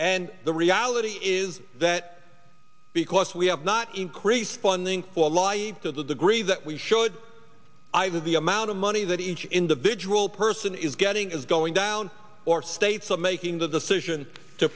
and the reality is that because we have not increased funding for ally to the degree that we should either the amount of money that each individual person is getting is going down or states are making the decision to